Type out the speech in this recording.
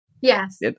yes